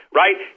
right